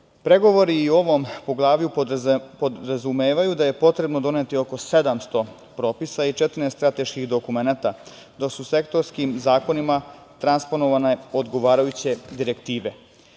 o ovom poglavlju podrazumevaju da je potrebno doneti oko 700 propisa i 14 strateških dokumenata, dok su sektorskim zakonima transponovane odgovarajuće direktive.